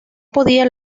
podía